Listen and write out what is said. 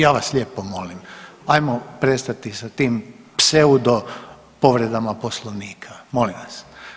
Ja vas lijepo molim hajmo prestati sa tim pseudo povredama Poslovnika, molim vas.